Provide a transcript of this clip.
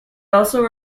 also